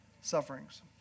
sufferings